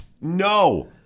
no